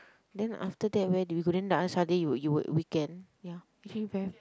then after that where did we go then the other Sunday you were you were weekend ya